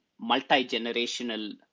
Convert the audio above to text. multi-generational